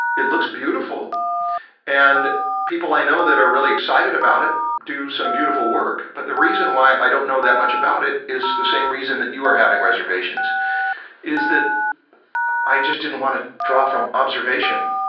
it looks beautiful and people i know that are really excited about it. do some beautiful work but the reason why i don't know that much about it is the same reason that you are having reservations is that i just didn't want to draw from observation